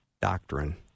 doctrine